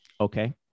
Okay